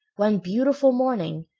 one beautiful morning,